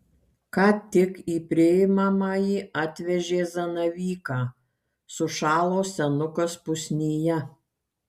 ką tik į priimamąjį atvežė zanavyką sušalo senukas pusnyje